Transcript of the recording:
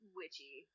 witchy